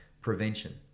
prevention